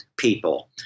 people